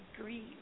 green